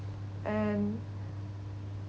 and